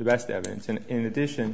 the best evidence and in addition